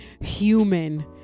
human